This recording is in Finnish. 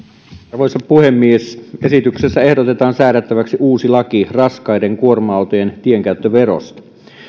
arvoisa puhemies esityksessä ehdotetaan säädettäväksi uusi laki raskaiden kuorma autojen tienkäyttöverosta